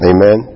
Amen